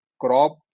crop